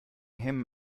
him